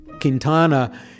Quintana